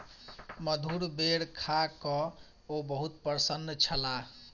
मधुर बेर खा कअ ओ बहुत प्रसन्न छलाह